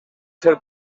ser